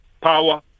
power